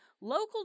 local